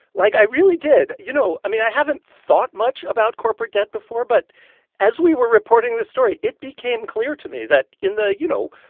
like i really did, you know? i mean, i haven't thought much about corporate debt before. but as we were reporting this story, it became clear to me that in the, you know,